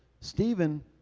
Stephen